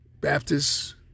Baptists